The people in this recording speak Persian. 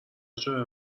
اشاره